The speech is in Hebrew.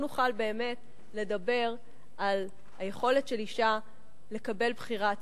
לא נוכל באמת לדבר על היכולת של אשה לקבל בחירה עצמאית.